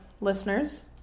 listeners